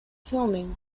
filming